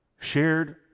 shared